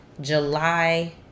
July